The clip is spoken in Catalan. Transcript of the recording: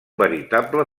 veritable